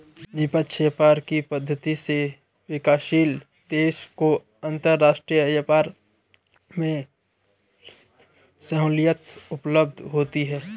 निष्पक्ष व्यापार की पद्धति से विकासशील देशों को अंतरराष्ट्रीय व्यापार में सहूलियत उपलब्ध होती है